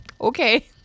Okay